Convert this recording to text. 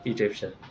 Egyptian